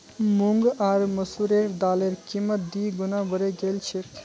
मूंग आर मसूरेर दालेर कीमत दी गुना बढ़े गेल छेक